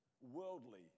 Worldly